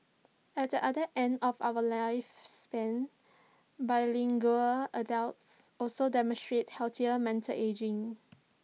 at the other end of our lifespan bilingual adults also demonstrate healthier mental ageing